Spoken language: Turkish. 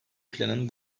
planın